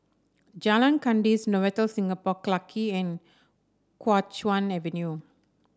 Jalan Kandis Novotel Singapore Clarke and Kuo Chuan Avenue